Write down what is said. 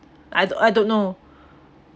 I I don't know